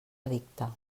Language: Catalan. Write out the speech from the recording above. edicte